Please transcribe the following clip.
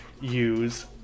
use